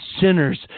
sinners